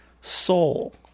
soul